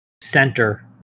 center